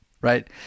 right